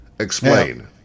Explain